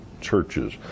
churches